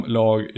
lag